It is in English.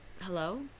hello